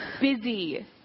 busy